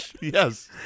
Yes